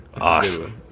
awesome